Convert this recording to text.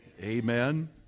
Amen